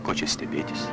ko čia stebėtis